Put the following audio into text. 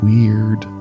Weird